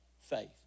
faith